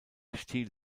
stil